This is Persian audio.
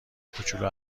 کوچولو